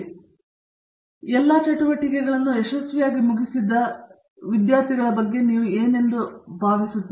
ಆದ್ದರಿಂದ ನಿಮ್ಮ ಎಲ್ಲಾ ಚಟುವಟಿಕೆಗಳನ್ನು ಯಶಸ್ವಿಯಾಗಿ ಮುಗಿಸಿದ ಯಶಸ್ವಿ ವಿದ್ಯಾರ್ಥಿಗಳ ಬಗ್ಗೆ ನೀವು ಮಾತನಾಡುತ್ತಿದ್ದೀರಿ